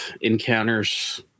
encounters